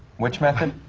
which method?